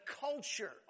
culture